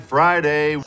Friday